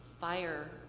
fire